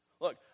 Look